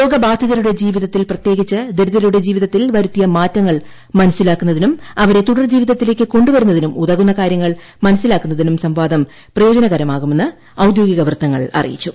രോഗബാധിതരുടെ ജീവിതത്തിൽ പ്രത്യേകിച്ച് ദരിദ്രരുടെ ജീവിതത്തിൽ വരുത്തിയ മാറ്റങ്ങൾ മനസിലാക്കുന്നതിനും അവരെ തുടർ ജീവിതത്തിൽ കൊണ്ടു വരുന്നതിനും ഉതകുന്ന കാര്യങ്ങൾ മനസിലാക്കാന്നതിനും സംവാദം പ്രയോജനകരമാകുമെന്ന് ഔദ്യോഗിക വൃത്തങ്ങൾ അറിയിച്ചു